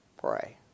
pray